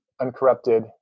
uncorrupted